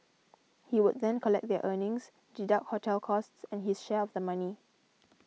he would then collect their earnings deduct hotel costs and his share of the money